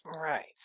Right